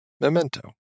Memento